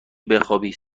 بخوابی